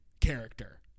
character